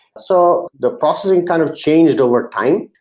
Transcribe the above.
so the processing kind of changed over time,